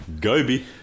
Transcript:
Gobi